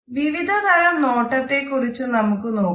വിവിധ തരം നോട്ടത്തെ കുറിച്ച് നമുക്ക് നോക്കാം